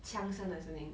枪声的声音